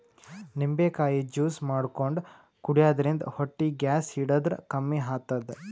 ನಿಂಬಿಕಾಯಿ ಜ್ಯೂಸ್ ಮಾಡ್ಕೊಂಡ್ ಕುಡ್ಯದ್ರಿನ್ದ ಹೊಟ್ಟಿ ಗ್ಯಾಸ್ ಹಿಡದ್ರ್ ಕಮ್ಮಿ ಆತದ್